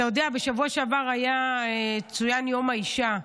אתה יודע, בשבוע שעבר צוין יום האישה,